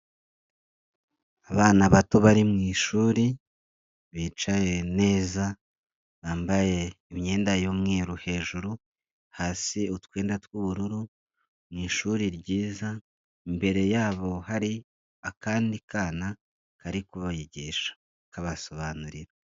Abana bato bari mu ishuri bicaye neza, bambaye imyenda y'umweru hejuru, hasi utwenda tw'ubururu, mu ishuri ryiza imbere yabo hari akandi kana kari kubigisha kabasobanurira.